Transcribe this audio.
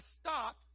stop